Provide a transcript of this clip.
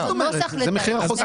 זה המחיר החוזי.